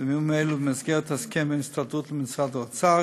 בימים אלו במסגרת ההסכם בין ההסתדרות למשרד האוצר